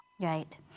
Right